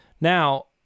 Now